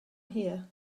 here